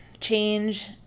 change